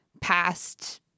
past